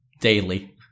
daily